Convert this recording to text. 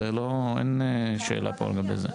אין שאלה לגבי זה.